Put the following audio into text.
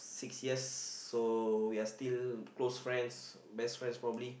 six years so we are still close friends best friends probably